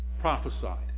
prophesied